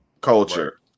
culture